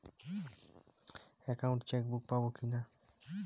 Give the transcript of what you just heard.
Account chequebook পাবো কি না?